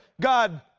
God